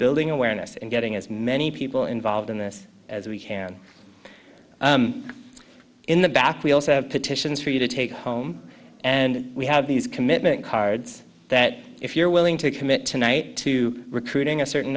building awareness and getting as many people involved in this as we can in the back we also have petitions for you to take home and we have these commitment cards that if you're willing to commit tonight to recruiting a certain